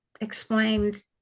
explained